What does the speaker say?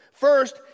First